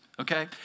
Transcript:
okay